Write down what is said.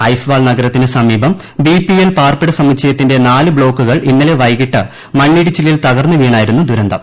ഐസ്വാൾ നഗരത്തിന്റ് സമീപം B P L പാർപ്പിട സമുച്ചയത്തിന്റെ നാല് ഭ്ബ്ലാക്കുകൾ ഇന്നലെ വൈകിട്ട് മണ്ണിടിച്ചിലിൽ തകർന്ന് വീണായിരുന്നു ദുരന്തം